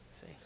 See